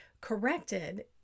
corrected